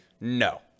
no